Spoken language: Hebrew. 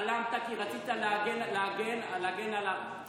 התעלמת כי רצית להגן על מנדלבליט.